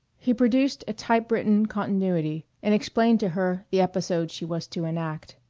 he produced a typewritten continuity and explained to her the episode she was to enact.